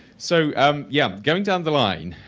so, um yeah going down the line,